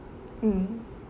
mm